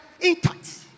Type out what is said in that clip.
intact